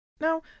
Now